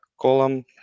column